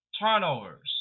turnovers